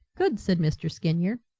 good, said mr. skinyer.